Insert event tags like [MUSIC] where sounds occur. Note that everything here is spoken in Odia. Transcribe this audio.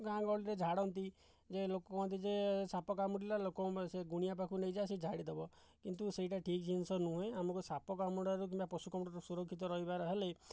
ଗାଁ ଗହଳିରେ ଝାଡ଼ନ୍ତି ଯେ ଲୋକ କହନ୍ତି ଯେ ସାପ କାମୁଡ଼ିଲା ଲୋକ [UNINTELLIGIBLE] ସେ ଗୁଣିଆ ପାଖକୁ ନେଇଯାଅ ସେ ଝାଡ଼ି ଦେବ କିନ୍ତୁ ସେଇଟା ଠିକ୍ ଜିନିଷ ନୁହେଁ ଆମକୁ ସାପ କାମୁଡ଼ାରୁ କିମ୍ବା ପଶୁ କାମୁଡ଼ାରୁ ସୁରକ୍ଷିତ ରହିବାର ହେଲେ